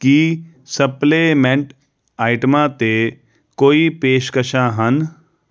ਕੀ supplement ਆਇਟਮਾਂ 'ਤੇ ਕੋਈ ਪੇਸ਼ਕਸ਼ਾਂ ਹਨ